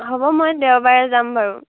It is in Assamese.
হ'ব মই দেওবাৰে যাম বাৰু